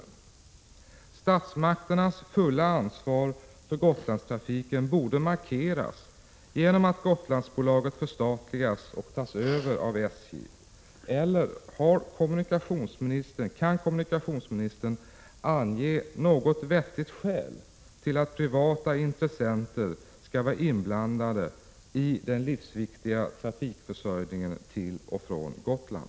Statsmakternas fulla ansvar för Gotlandstrafiken borde markeras genom att Gotlandsbolaget förstatligas och tas över av SJ. Eller kan kommunikationsministern ange något vettigt skäl till att privata intressenter skall vara inblandade i den livsviktiga trafiken till och från Gotland?